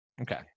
Okay